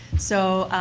so,